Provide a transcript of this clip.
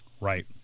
Right